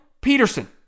Peterson